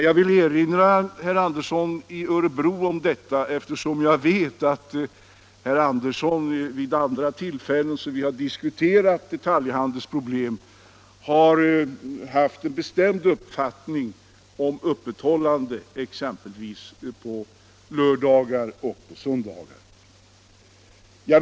Jag vill erinra herr Andersson i Örebro om detta, eftersom jag vet att han vid andra tillfällen då vi diskuterat detaljhandelns problem inte haft en negativ uppfattning om öppethållande exempelvis på lördagar och söndagar.